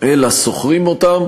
אלא שוכרים אותה,